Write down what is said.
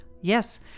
Yes